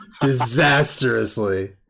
disastrously